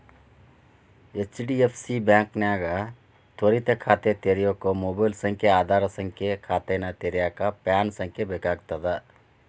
HDFC ಬಾಂಕ್ನ್ಯಾಗ ತ್ವರಿತ ಖಾತೆ ತೆರ್ಯೋಕ ಮೊಬೈಲ್ ಸಂಖ್ಯೆ ಆಧಾರ್ ಸಂಖ್ಯೆ ಖಾತೆನ ತೆರೆಯಕ ಪ್ಯಾನ್ ಸಂಖ್ಯೆ ಬೇಕಾಗ್ತದ